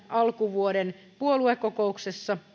alkuvuoden puoluekokouksessa